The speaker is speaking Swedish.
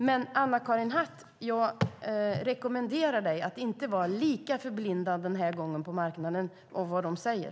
Men, Anna-Karin Hatt, jag rekommenderar dig att den här gången inte vara lika förblindad när det gäller marknaden och vad den säger!